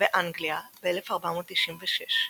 באנגליה ב-1496,